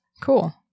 cool